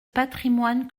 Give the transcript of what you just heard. patrimoine